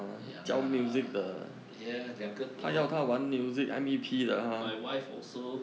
ya ya 两个都要 my wife also